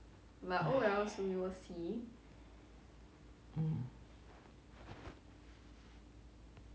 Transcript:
mm